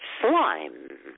slime